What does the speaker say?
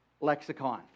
lexicon